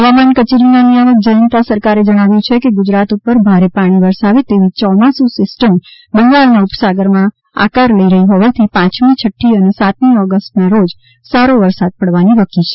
હવામાન કચેરીના નિયામક જયંત સરકારે જણાવ્યુ છે કે ગુજરાત ઉપર ભારે પાણી વરસાવે તેવી ચોમાસુ સિસ્ટમ બંગાળના ઉપસાગરમાં વરસાવે તેવી આકાર લઈ રહી હોવાથી પાંચમી છઠ્ઠી અને સાતમી ઓગસ્ટના રોજ સારો સારો વરસાદ પાડવાની વકી છે